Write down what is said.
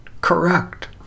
correct